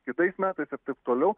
kitais metais ir taip toliau